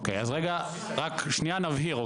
רק שנייה נבהיר,